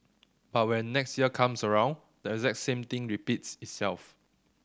but when next year comes around the exact same thing repeats itself